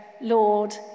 Lord